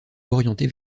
orienté